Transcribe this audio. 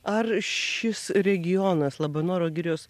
ar šis regionas labanoro girios